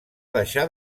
deixar